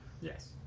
Yes